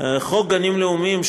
חוק גנים לאומיים,